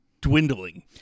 dwindling